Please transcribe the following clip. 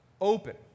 open